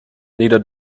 neither